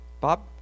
Bob